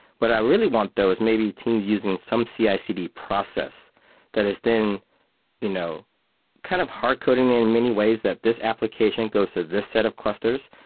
what i really want though is maybe teams using some cicd process that is then you know kind of hard coding in many ways that this application goes to this set of clusters.